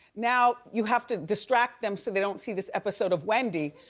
now you have to distract them, so they don't see this episode of wendy.